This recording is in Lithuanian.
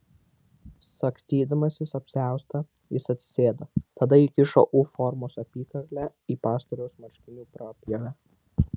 sagstydamasis apsiaustą jis atsisėdo tada įkišo u formos apykaklę į pastoriaus marškinių prapjovę